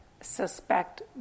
suspect